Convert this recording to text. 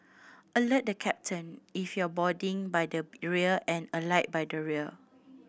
alert the captain if you're boarding by the rear and alight by the rear